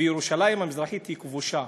וירושלים המזרחית היא כבושה,